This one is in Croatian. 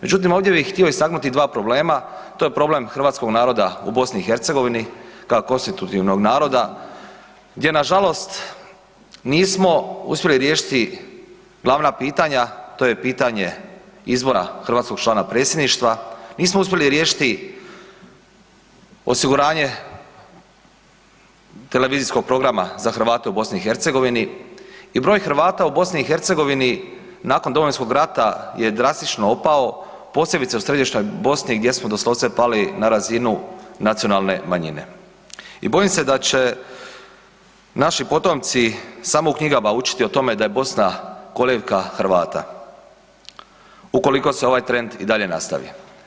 Međutim ovdje bih htio istaknuti dva problema, to je problem hrvatskog naroda u BiH-u kao konstitutivnog naroda, gdje nažalost nismo uspjeli riješiti glavna pitanja to je pitanje izbora hrvatskog člana predsjedništva, nismo uspjeli riješiti osiguranje televizijskog programa za Hrvate u BiH i broj Hrvata u BiH nakon Domovinskog rata je drastično opao, posebice u Središnjoj Bosni, gdje smo doslovce pali na razinu nacionalne manjine i bojim se da će naši potomci samo u knjigama učiti o tome da je Bosna kolijevka Hrvata ukoliko se ovaj trend i dalje nastavi.